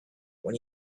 when